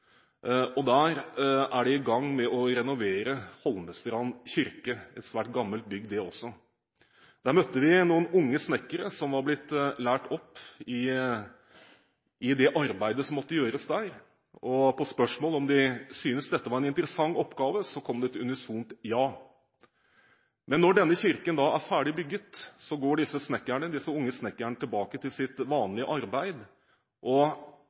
Der er man i gang med å renovere Holmestrand kirke – et svært gammelt bygg, det også. Der møtte vi noen unge snekkere som var lært opp i det arbeidet som måtte gjøres der. På spørsmål om de syntes dette var en interessant oppgave, kom det et unisont ja. Men når denne kirken er ferdig renovert, går disse unge snekkerne tilbake til sitt vanlige arbeid, og